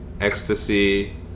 ecstasy